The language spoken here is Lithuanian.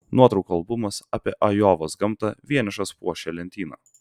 nuotraukų albumas apie ajovos gamtą vienišas puošė lentyną